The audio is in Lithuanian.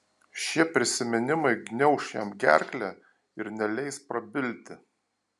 šie prisiminimai gniauš jam gerklę ir neleis prabilti